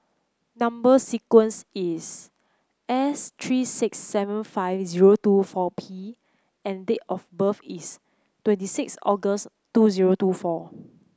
number sequence is S three six seven five zero two four P and date of birth is twenty six August two zero two four